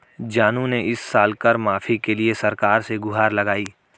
जानू ने इस साल कर माफी के लिए सरकार से गुहार लगाई